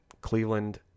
Cleveland